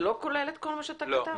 זה לא כולל את כל מה שאתה אמרת?